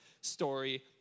story